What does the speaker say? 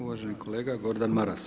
Uvaženi kolega Gordan Maras.